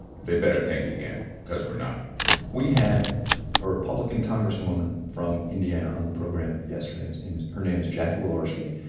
they better think again because we're not we had a republican congresswoman from indiana on the program yesterday whose name is, her name is jackie walorski,